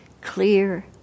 clear